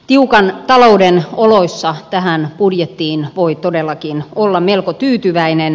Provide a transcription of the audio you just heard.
tiukan talouden oloissa tähän budjettiin voi todellakin olla melko tyytyväinen